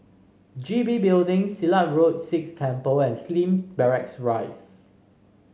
G B Building Silat Road Sikh Temple and Slim Barracks Rise